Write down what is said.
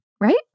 Right